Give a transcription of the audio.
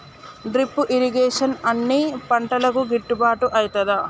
Drip irrigation అన్ని పంటలకు గిట్టుబాటు ఐతదా?